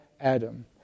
Adam